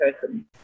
person